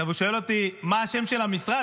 הוא שאל אותי מה השם של המשרד,